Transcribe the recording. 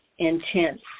Intense